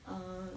err